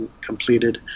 completed